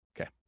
Okay